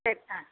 சரி ஆ